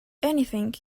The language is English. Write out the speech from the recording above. anything